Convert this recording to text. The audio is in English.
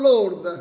Lord